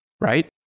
right